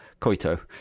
koito